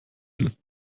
will